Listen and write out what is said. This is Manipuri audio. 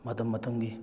ꯃꯇꯝ ꯃꯇꯝꯒꯤ